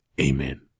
amen